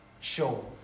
show